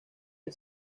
del